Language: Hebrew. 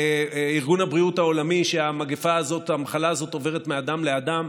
ארגון הבריאות העולמי שהמחלה הזו עוברת מאדם לאדם,